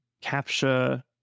capture